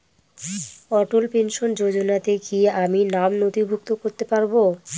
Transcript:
অটল pension যোজনাতে কি আমি নাম নথিভুক্ত করতে পারবো?